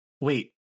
wait